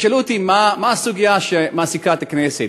הם שאלו אותי מה הסוגיה שמעסיקה את הכנסת,